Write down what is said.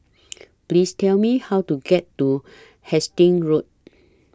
Please Tell Me How to get to Hastings Road